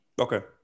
Okay